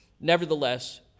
Nevertheless